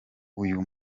uyu